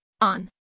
on